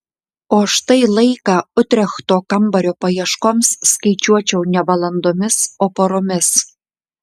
o štai laiką utrechto kambario paieškoms skaičiuočiau ne valandomis o paromis